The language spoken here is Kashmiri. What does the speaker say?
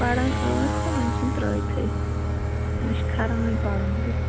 پَران ٲس تہٕ وۄنۍ ژھُن ترٛٲوتھٕے مےٚ چھُ کھَران وۄنۍ پَرُن تہِ